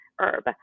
herb